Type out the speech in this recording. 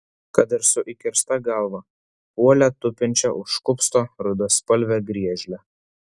kad ir su įkirsta galva puolė tupinčią už kupsto rudaspalvę griežlę